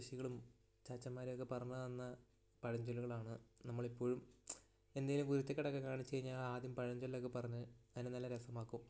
നമ്മുടെയൊക്കെ മുത്തശ്ശികളും ചാച്ചമ്മാരുമൊക്കെ പറഞ്ഞ് തന്ന പഴഞ്ചൊല്ലുകളാണ് നമ്മൾ ഇപ്പോഴും എന്തെങ്കിലും കുരുത്തക്കേടൊക്കെ കാണിച്ച് കഴിഞ്ഞാൽ ആദ്യം പഴഞ്ചൊല്ലൊക്കെ പറഞ്ഞ് അതിനെ നല്ല രസമാക്കും